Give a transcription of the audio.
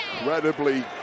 Incredibly